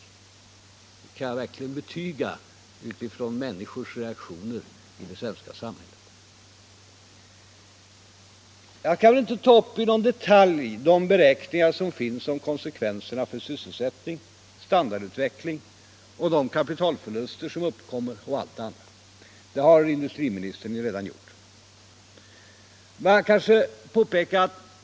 Det kan jag verkligen betyga med utgångspunkt i människornas reaktioner i det svenska samhället. Jag skall inte åter ta upp i detalj de beräkningar som finns om konsekvenserna för sysselsättningen och standardutvecklingen, de kapitalförluster som uppkommer och allt det andra. Det har industriministern redan gjort.